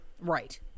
right